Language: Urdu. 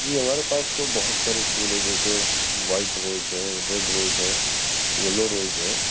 جی ہمارے پاس تو بہت سارے پھول ہیں جیسے وائٹ روز ہے ریڈ روز ہے یلو روز ہے